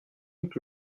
luc